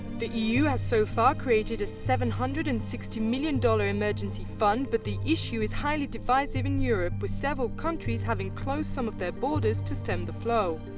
the eu has so far created a seven hundred and sixty million dollar emergency fund but the issue is highly divisive in europe with several countries having closed some of their borders to stem the flow.